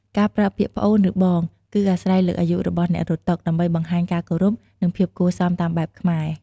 ការប្រើពាក្យ "ប្អូន" ឬ "បង" គឺអាស្រ័យលើអាយុរបស់អ្នករត់តុ ដើម្បីបង្ហាញការគោរព និងភាពគួរសមតាមបែបខ្មែរ។